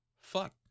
fuck